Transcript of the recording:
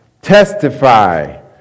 testify